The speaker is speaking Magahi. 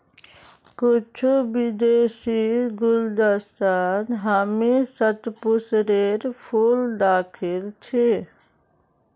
कुछू विदेशीर गुलदस्तात हामी शतपुष्पेर फूल दखिल छि